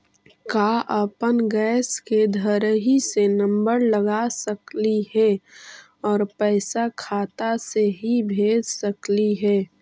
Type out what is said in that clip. का अपन गैस के घरही से नम्बर लगा सकली हे और पैसा खाता से ही भेज सकली हे?